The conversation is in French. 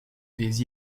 des